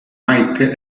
mike